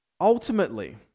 Ultimately